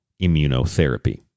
immunotherapy